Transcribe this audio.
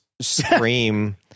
scream